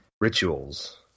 rituals